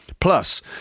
Plus